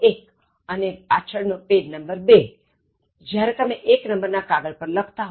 બે એટલે પાછળ નો ભાગજ્યારે તમે એક નંબર ના કાગળ પર લખતા હોય